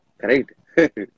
correct